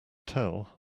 tell